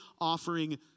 offering